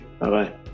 Bye-bye